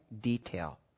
detail